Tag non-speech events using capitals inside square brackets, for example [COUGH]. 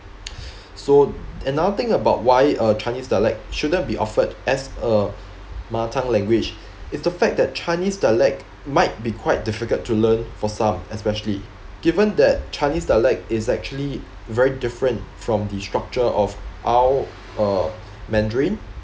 [BREATH] so another thing about why uh chinese dialect shouldn't be offered as a mother language is the fact that chinese dialect might be quite difficult to learn for some especially given that chinese dialect is actually very different from the structure of our uh mandarin